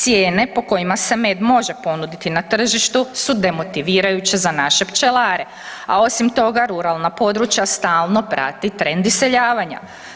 Cijene po kojima se med može ponuditi na tržištu su demotivirajuće za naše pčelare a osim toga, ruralna područja stalno prati trend iseljavanja.